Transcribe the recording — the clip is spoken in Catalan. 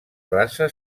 raça